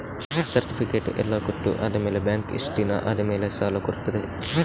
Certificate ಎಲ್ಲಾ ಕೊಟ್ಟು ಆದಮೇಲೆ ಬ್ಯಾಂಕ್ ಎಷ್ಟು ದಿನ ಆದಮೇಲೆ ಸಾಲ ಕೊಡ್ತದೆ?